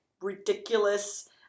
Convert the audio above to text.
ridiculous